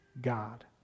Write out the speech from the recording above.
God